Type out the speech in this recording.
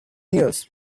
years